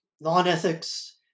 non-ethics